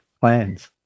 plans